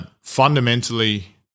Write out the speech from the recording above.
Fundamentally